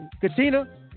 Katina